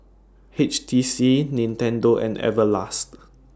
H T C Nintendo and Everlast